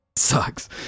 sucks